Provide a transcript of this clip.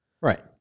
Right